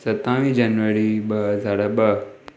सतावीह जनवरी ॿ हज़ार ॿ